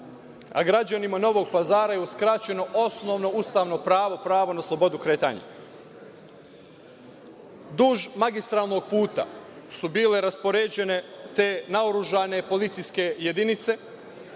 a građanima Novog Pazara je uskraćeno osnovno ustavno pravo – pravo na slobodu kretanja. Duž magistralnog puta su bile raspoređene te naoružane policijske jedinice,